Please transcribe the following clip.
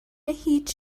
هیچ